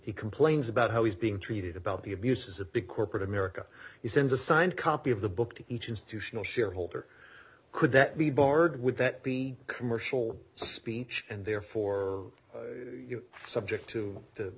he complains about how he's being treated about the abuses of big corporate america he sends a signed copy of the book to each institutional shareholder could that be barred would that be commercial speech and therefore subject to the